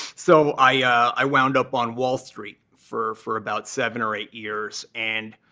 so i wound up on wall street for for about seven or eight years and